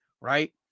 right